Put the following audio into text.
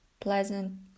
pleasant